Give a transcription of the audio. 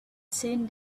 seen